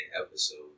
episode